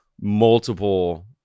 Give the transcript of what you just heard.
multiple